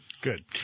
Good